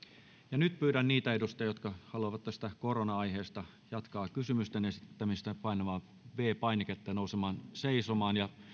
nyt pyydän niitä edustajia jotka haluavat tästä korona aiheesta jatkaa kysymysten esittämistä painamaan viides painiketta ja nousemaan seisomaan